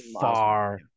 far